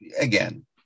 again